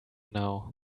now